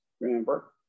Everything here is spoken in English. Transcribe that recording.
remember